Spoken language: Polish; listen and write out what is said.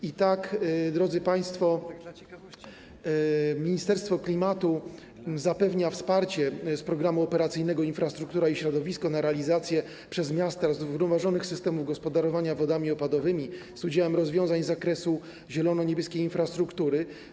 I tak, drodzy państwo, Ministerstwo Klimatu zapewnia wsparcie z Programu Operacyjnego „Infrastruktura i środowisko” na realizację przez miasta zrównoważonych systemów gospodarowania wodami opadowymi z udziałem rozwiązań z zakresu zielono-niebieskiej infrastruktury.